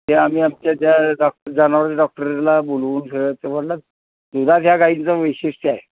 ते आम्ही आमच्या ज्या डॉक्टर जानावरीच्या डॉक्टरला बोलवून सगळं ते म्हटलं दुधाच्या गाईंचं वैशिष्ट्य आहे